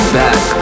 back